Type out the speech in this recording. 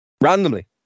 randomly